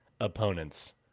opponents